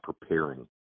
preparing